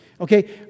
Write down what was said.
Okay